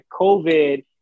COVID